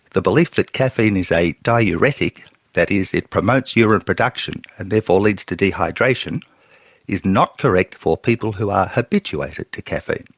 the belief that caffeine is a diuretic that is it promotes urine production and therefore leads to dehydration is not correct for people who are habituated to caffeine.